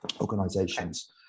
organizations